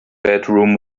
bedroom